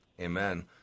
Amen